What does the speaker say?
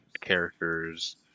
characters